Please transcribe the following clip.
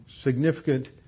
significant